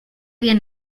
bien